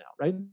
right